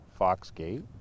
Foxgate